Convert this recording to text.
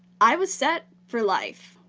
i was set for life.